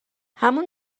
همون